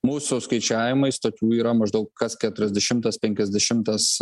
mūsų skaičiavimais tokių yra maždaug kas keturiasdešimtas penkiasdešimtas